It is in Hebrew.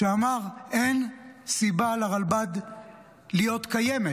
שאמר שאין סיבה לרלב"ד להיות קיימת,